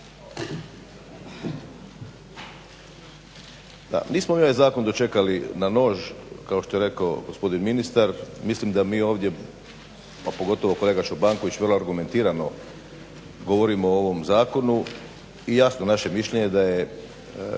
nismo mi ovaj zakon dočekali na nož kao što je rekao gospodin ministar. Mislim da mi ovdje a pogotovo kolega Čobanković vrlo argumentirano govorimo o ovom zakonu i jasno naše mišljenje da je